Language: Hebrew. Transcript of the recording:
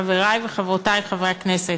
חברי וחברותי חברי הכנסת,